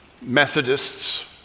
Methodists